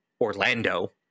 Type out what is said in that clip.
Orlando